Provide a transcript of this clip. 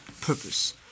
purpose